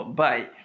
bye